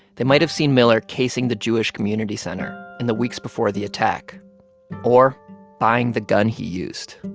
they might have seen miller casing the jewish community center in the weeks before the attack or buying the gun he used.